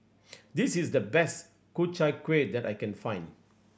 this is the best Ku Chai Kueh that I can find